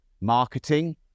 marketing